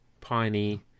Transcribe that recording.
piney